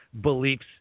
beliefs